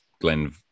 Glenn